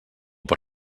per